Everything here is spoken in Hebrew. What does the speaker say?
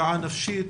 פגיעה נפשית,